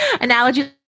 analogy